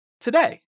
today